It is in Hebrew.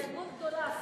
התקדמות גדולה.